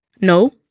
No